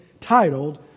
titled